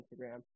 Instagram